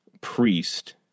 priest